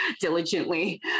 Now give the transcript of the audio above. diligently